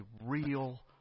real